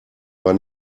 war